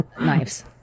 knives